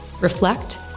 reflect